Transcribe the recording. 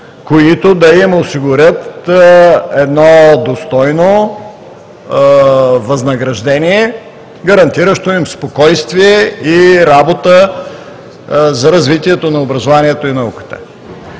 които да им осигурят достойно възнаграждение, гарантиращо им спокойствие и работа за развитието на образованието и науката.